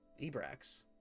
Ebrax